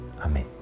Amen